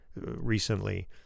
recently